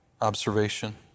observation